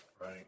Right